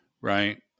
Right